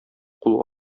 кул